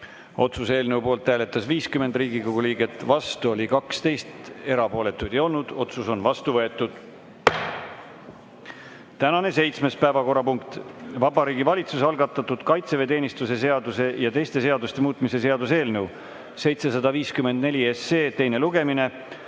Otsuse eelnõu poolt hääletas 50 Riigikogu liiget, vastu oli 12, erapooletuid ei olnud. Otsus on vastu võetud. Tänane seitsmes päevakorrapunkt on Vabariigi Valitsuse algatatud kaitseväeteenistuse seaduse ja teiste seaduste muutmise seaduse eelnõu 754 teine lugemine.